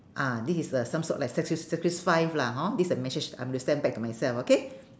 ah this is a some sort like sacri~ sacrifice lah hor this is a message I am gonna send back to myself okay